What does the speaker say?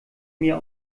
mir